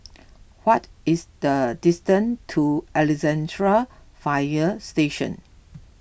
what is the distance to Alexandra Fire Station